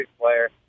player